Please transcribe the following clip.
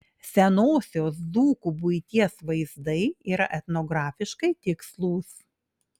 senosios dzūkų buities vaizdai yra etnografiškai tikslūs